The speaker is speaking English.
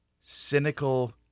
cynical